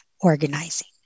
organizing